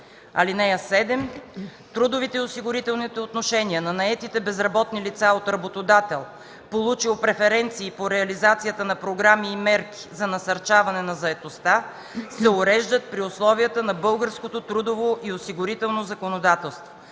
закона. (7) Трудовите и осигурителните отношения на наетите безработни лица от работодател, получил преференции по реализацията на програми и мерки за насърчаване на заетостта, се уреждат при условията на българското трудово и осигурително законодателство.